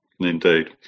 indeed